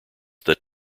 that